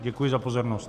Děkuji za pozornost.